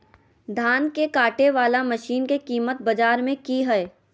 धान के कटे बाला मसीन के कीमत बाजार में की हाय?